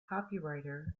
copywriter